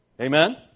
Amen